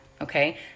okay